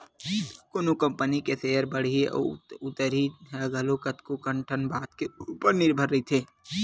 कोनो कंपनी के सेयर के बड़हई अउ उतरई ह घलो कतको ठन बात के ऊपर निरभर रहिथे